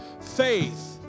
faith